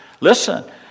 Listen